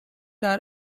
are